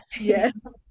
yes